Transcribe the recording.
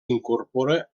incorpora